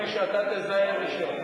העיקר, אדוני, שאתה תזהה ראשון.